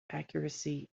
accuracy